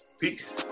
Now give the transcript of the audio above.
peace